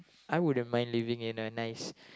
I wouldn't mind living in a nice